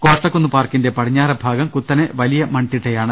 കോട്ട ക്കുന്ന് പാർക്കിന്റെ പടിഞ്ഞാറെ ഭാഗം കുത്തനെ വലിയ മൺതി ട്ടയാണ്